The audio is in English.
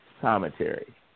commentary